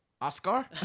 Oscar